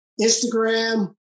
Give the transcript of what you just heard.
Instagram